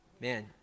man